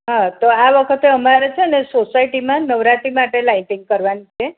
હાં તો વખતે અમારે છે ને સોસાયટીમાં પણ નવરાત્રી માટે લાઇટિંગ કરવાનું છે